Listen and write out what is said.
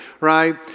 right